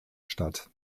statt